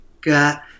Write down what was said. got